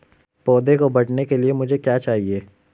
पौधे के बढ़ने के लिए मुझे क्या चाहिए?